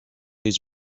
his